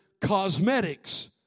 cosmetics